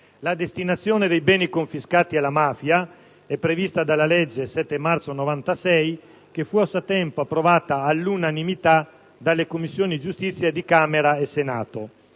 La destinazione dei beni confiscati alla mafia è prevista dalla legge 7 marzo 1996, n. 109, che fu a suo tempo approvata all'unanimità dalle Commissioni giustizia di Camera e Senato.